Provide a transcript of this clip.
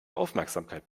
aufmerksamkeit